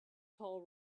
tall